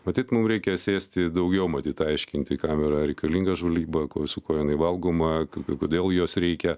matyt mum reikia sėsti ir daugiau matyt aiškinti kam yra reikalinga žvalgyba kuo su kuo jinai valgoma kaip ir kodėl jos reikia